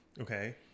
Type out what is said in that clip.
Okay